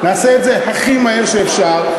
נעשה את זה הכי מהר שאפשר.